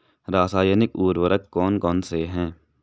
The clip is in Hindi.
रासायनिक उर्वरक कौन कौनसे हैं?